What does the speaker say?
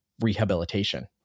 rehabilitation